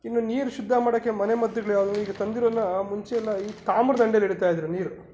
ಇನ್ನು ನೀರು ಶುದ್ಧ ಮಾಡೋಕ್ಕೆ ಮನೆಮದ್ದುಗಳು ಯಾವುವು ಈಗ ತಂದಿರೋದನ್ನ ಮುಂಚೆಯೆಲ್ಲ ಈ ತಾಮ್ರದ ಹಂಡೇಲಿ ಇಡ್ತಾ ಇದ್ದರು ನೀರು